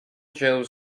joe